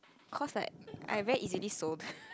cause like I very easily sold